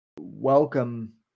welcome